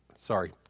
sorry